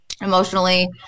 emotionally